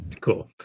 Cool